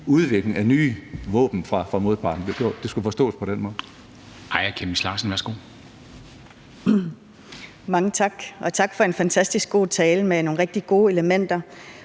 udviklingen af nye våben fra modpartens side. Det skulle forstås på den måde.